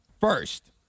first